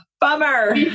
bummer